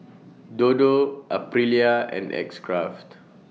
Dodo Aprilia and X Craft